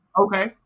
Okay